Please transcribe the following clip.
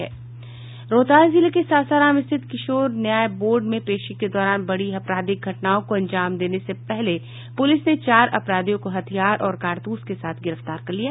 रोहतास जिले के सासाराम स्थित किशोर न्याय बोर्ड में पेशी के दौरान बड़ी आपराधिक घटनाओं को अंजाम देने से पहले पूलिस ने चार अपराधियों को हथियार और कारतुस के साथ गिरफ्तार कर लिया